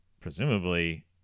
presumably